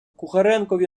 кухаренкові